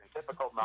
typical